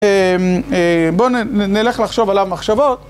בוא נלך לחשוב עליו מחשבות.